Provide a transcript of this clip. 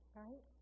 right